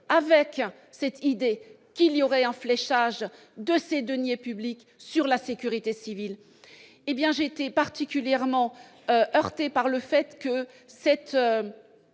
avec cette idée qu'il y aurait un fléchage de ses deniers publics sur la sécurité civile, hé bien j'été particulièrement heurtée par le fait que cette